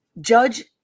judge